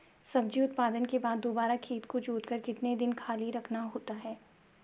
सब्जी उत्पादन के बाद दोबारा खेत को जोतकर कितने दिन खाली रखना होता है?